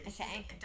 okay